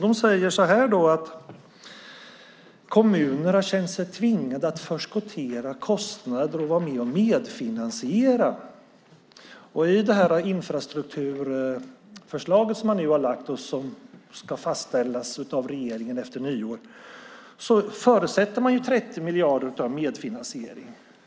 De säger att kommunerna känner sig tvingade att förskottera kostnader och vara med och medfinansiera. I det infrastrukturförslag som man nu har lagt fram som ska fastställas av regeringen efter nyår förutsätter man 30 miljarder i medfinansiering.